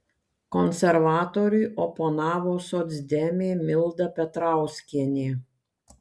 konservatoriui oponavo socdemė milda petrauskienė